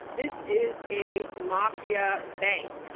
this is a mafia bank.